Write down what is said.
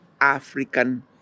African